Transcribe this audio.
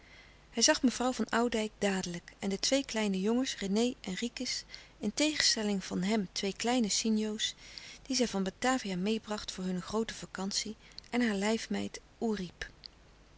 hij zag mevrouw van oudijck dadelijk en de twee kleine jongens rené en ricus in tegenstelling van hem twee kleine sinjo's die zij van batavia meêbracht voor hunne groote vacantie en haar lijfmeid oerip